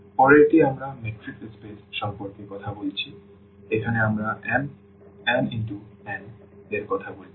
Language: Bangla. পরেরটি আমরা ম্যাট্রিক্স স্পেস সম্পর্কে কথা বলছি এখানে আমরা Mm⋅n এর কথা বলছি